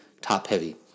top-heavy